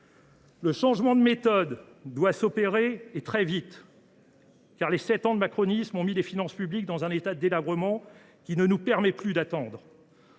Le changement de méthode doit donc avoir lieu, et très vite, car sept ans de macronisme ont mis les finances publiques dans un état de délabrement qui ne nous permet plus d’attendre.